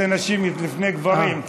זה נשים לפני גברים,